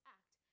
act